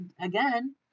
again